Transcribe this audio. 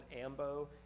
ambo